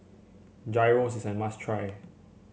Gyros is a must try